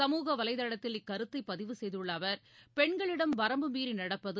சமுக வலைதளத்தில் இக்கருத்தை பதிவு செய்துள்ள அவர் பெண்களிடம் வரம்புமீறி நடப்பது